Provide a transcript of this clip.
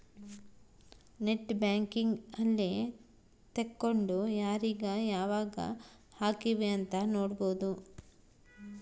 net banking ಅಲ್ಲೆ ತೆಕ್ಕೊಂಡು ಯಾರೀಗ ಯಾವಾಗ ಹಕಿವ್ ಅಂತ ನೋಡ್ಬೊದು